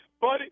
Buddy